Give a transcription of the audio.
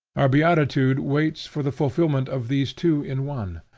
our beatitude waits for the fulfilment of these two in one.